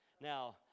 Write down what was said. Now